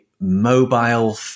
mobile